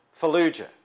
Fallujah